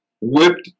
whipped